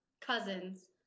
cousins